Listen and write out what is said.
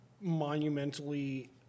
monumentally